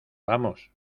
vamos